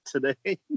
today